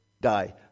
die